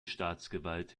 staatsgewalt